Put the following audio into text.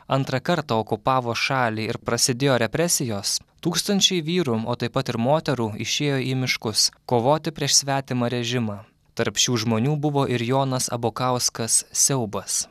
antrą kartą okupavo šalį ir prasidėjo represijos tūkstančiai vyrų o taip pat ir moterų išėjo į miškus kovoti prieš svetimą rėžimą tarp šių žmonių buvo ir jonas abukauskas siaubas